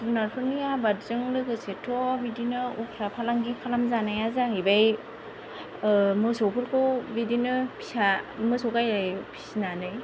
जुनारफोरनि आबादजों लोगोसेथ' बिदिनो उफ्रा फालांगि खालामजानाया जाहैबाय मोसौफोरखौ बिदिनो फिसा मोसौ गाय फिसिनानै